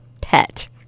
pet